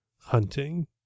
hunting